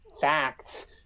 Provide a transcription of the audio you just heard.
facts